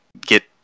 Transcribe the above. get